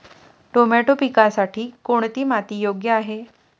Tomato पिकासाठी कोणती माती योग्य आहे?